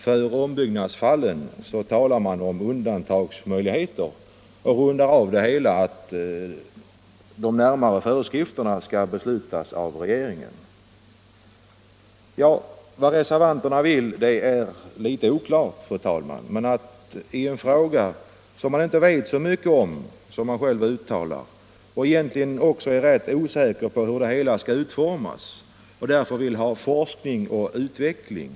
För ombyggnadsfallen talar man om undantagsmöjligheter och rundar av det hela med att de närmare föreskrifterna skall beslutas av regeringen. Vad reservanterna vill är grumligt, fru talman. De uttalar själva att de inte vet så mycket om frågan och att de egentligen är rätt osäkra om hur det hela skall utformas, varför de vill ha forskning och utveckling.